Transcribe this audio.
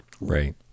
Right